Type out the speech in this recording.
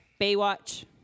Baywatch